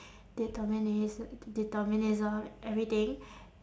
determinis~ determinism everything